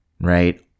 right